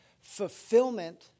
fulfillment